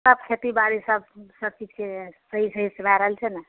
सब खेतीबाड़ी सब सबचीजके सही सहीसे भए रहल छै ने